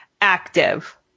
active